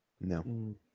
No